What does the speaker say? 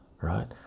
right